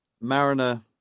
Mariner